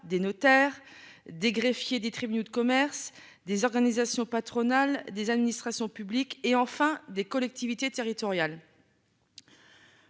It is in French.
des notaires, des greffiers des tribunaux de commerce des organisations patronales des administrations publiques et enfin des collectivités territoriales.